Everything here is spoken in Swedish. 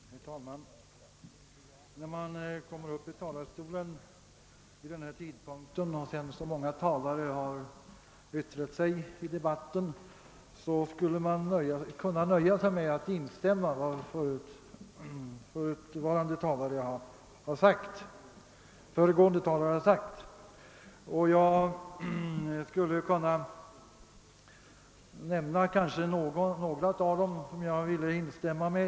Herr talman! När man kommer upp i talarstolen vid denna sena tidpunkt och efter det att så många yttrat sig i debatten skulle man kunna nöja sig med att instämma i vad tidigare talare har sagt. Jag skulle vilja nämna några av dessa, vilkas anföranden jag kan instämma i.